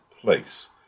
place